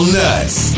nuts